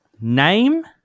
Name